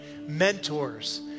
Mentors